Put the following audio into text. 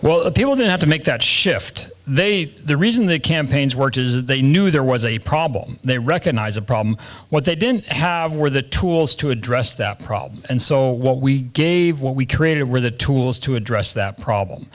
well the people who have to make that shift they the reason the campaigns work is that they knew there was a problem they recognize a problem what they didn't have were the tools to address that problem and so what we gave what we created were the tools to address that problem